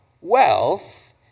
wealth